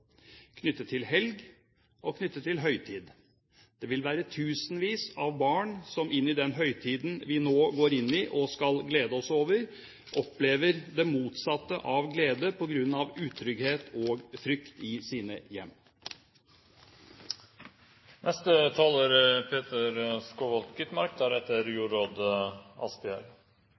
til helg og til høytid. Det vil være tusenvis av barn som i den høytiden vi nå går inn i og skal glede oss over, opplever det motsatte av glede på grunn av utrygghet og frykt i sine hjem. Peter Skovholt Gitmark